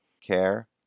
care